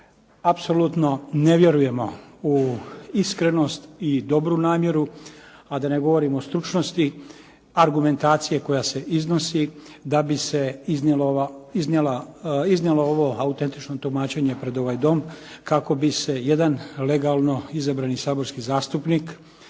apsolutno ne vjerujemo u iskrenost i dobru namjeru a da ne govorim o stručnosti argumentacije koja se iznosi da bi se iznijelo ovo autentično tumačenje pred ovaj dom kako bi se jedan legalno izabrani saborski zastupnik